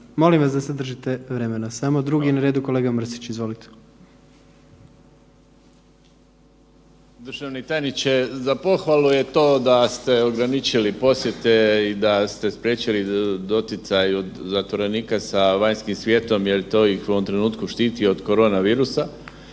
molim vas da se držite vremena. Drugi na redu kolega Mrsić. Izvolite. **Mrsić, Mirando (Demokrati)** Državni tajniče, za pohvalu je to da ste ograničili posjete i da ste spriječili doticaj zatvorenika sa vanjskim svijetom jel to ih u ovom trenutku štiti od korona virusa.